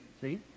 See